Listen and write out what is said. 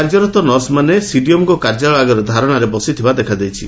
କାର୍ଯ୍ୟରତ ନର୍ସମାନେ ସିଡିଏମ୍ଓଙ୍କ କାର୍ଯ୍ୟାଳୟ ଆଗରେ ଧାରଶାରେ ବସିଥିବା ଦେଖାଯାଇଛି